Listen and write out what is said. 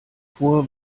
vor